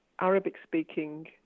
Arabic-speaking